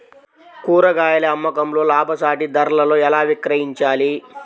కూరగాయాల అమ్మకంలో లాభసాటి ధరలలో ఎలా విక్రయించాలి?